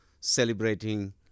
celebrating